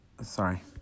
Sorry